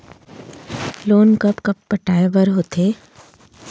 Loan कब कब पटाए बर हे?